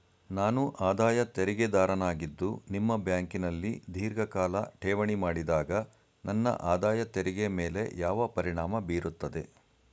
ನಾನು ಆದಾಯ ತೆರಿಗೆದಾರನಾಗಿದ್ದು ನಿಮ್ಮ ಬ್ಯಾಂಕಿನಲ್ಲಿ ಧೀರ್ಘಕಾಲ ಠೇವಣಿ ಮಾಡಿದಾಗ ನನ್ನ ಆದಾಯ ತೆರಿಗೆ ಮೇಲೆ ಯಾವ ಪರಿಣಾಮ ಬೀರುತ್ತದೆ?